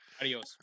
Adios